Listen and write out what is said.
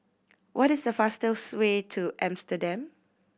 what is the fastest way to Amsterdam